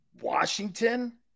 Washington